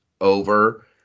over